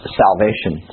salvation